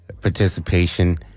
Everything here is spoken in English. participation